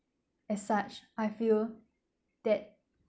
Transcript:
as such I feel that